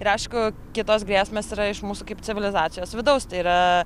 ir aišku kitos grėsmės yra iš mūsų kaip civilizacijos vidaus tai yra